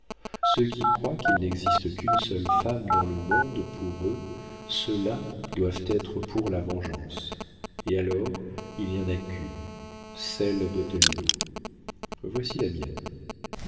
ceux qui croient qu'il n'existe qu'une seule femme dans le monde pour eux ceux-là doivent être pour la vengeance et alors il n'y en a qu'une celle d'othello voici la mienne